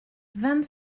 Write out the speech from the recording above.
vingt